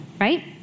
Right